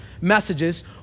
messages